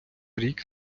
рік